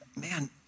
man